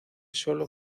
solo